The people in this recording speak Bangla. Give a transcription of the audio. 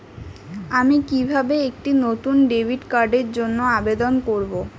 আমি কিভাবে একটি নতুন ডেবিট কার্ডের জন্য আবেদন করব?